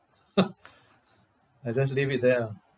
I just leave it there ah